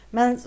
Men